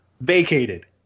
Vacated